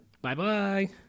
Bye-bye